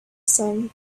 some